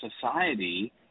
society